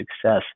success